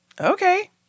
Okay